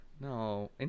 no